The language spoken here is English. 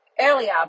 earlier